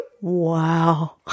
Wow